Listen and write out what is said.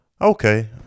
Okay